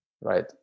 right